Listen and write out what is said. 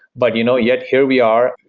but you know yet here we are,